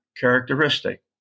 characteristic